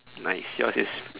nice yours is